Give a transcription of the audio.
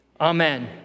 Amen